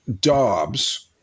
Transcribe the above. Dobbs